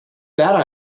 that